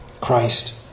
Christ